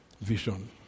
Vision